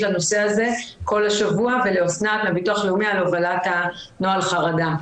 לנושא הזה כל השבוע ולאוסנת מהביטוח הלאומי על הובלת נוהל החרדה.